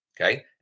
okay